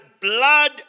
blood